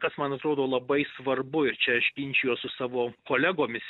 kas man atrodo labai svarbu ir čia aš ginčijuos su savo kolegomis